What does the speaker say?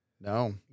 No